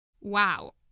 Wow